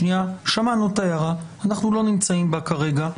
שמענו את ההערה, אנחנו לא נמצאים בה כרגע.